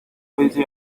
busy